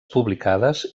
publicades